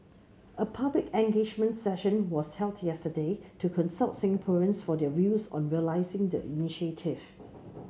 a public engagement session was held yesterday to consult Singaporeans for their views on realising the initiative